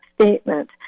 statement